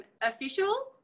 Official